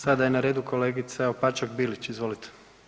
Sada je na redu kolegica Opačak Bilić, izvolite.